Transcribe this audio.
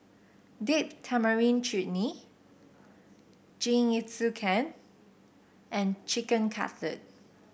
Date Tamarind Chutney Jingisukan and Chicken Cutlet